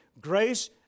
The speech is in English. grace